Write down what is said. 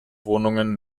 wohnungen